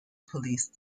police